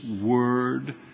word